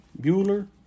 Bueller